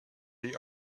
the